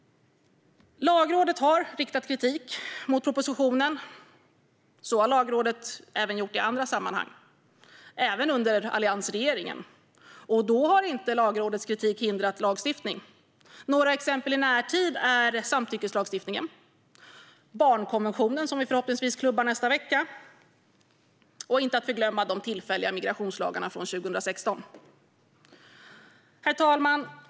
Lagrådet har riktat kritik mot propositionen. Så har Lagrådet även gjort i andra sammanhang, även under alliansregeringen, och då har inte Lagrådets kritik hindrat lagstiftning. Några exempel i närtid är samtyckeslagstiftningen, barnkonventionen, som vi förhoppningsvis klubbar igenom nästa vecka, och, inte att förglömma, de tillfälliga migrationslagarna från 2016. Herr talman!